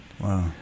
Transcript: Wow